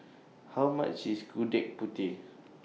How much IS Gudeg Putih